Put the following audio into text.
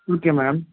okay madam